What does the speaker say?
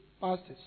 pastors